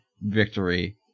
victory